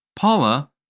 Paula